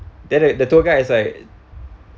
then the the tour guys is like